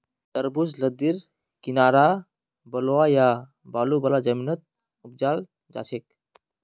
तरबूज लद्दीर किनारअ बलुवा या बालू वाला जमीनत उपजाल जाछेक